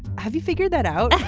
have you figured that out.